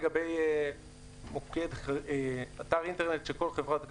לגבי אתר אינטרנט של כל חברת גז,